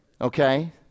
Okay